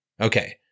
Okay